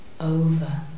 over